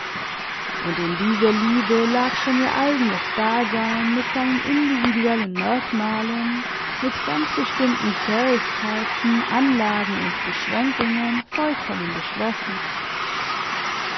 und in dieser liebe lag schon ihr eigenes dasein mit seinen individuellen merkmalen mit ganz bestimmten fähigkeiten anlagen und beschränkungen vollkommen beschlossen